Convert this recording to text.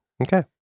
Okay